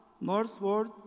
northward